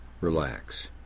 relax